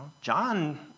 John